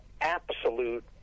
absolute